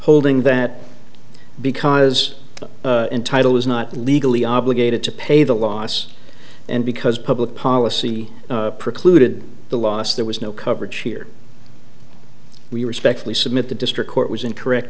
holding that because the title was not legally obligated to pay the loss and because public policy precluded the loss there was no coverage here we respectfully submit the district court was incorrect